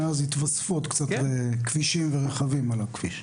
מאז התווספו עוד קצת כבישים ורכבים על הכביש.